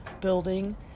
building